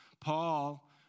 Paul